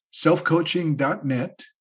selfcoaching.net